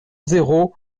zéro